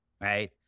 right